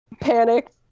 panicked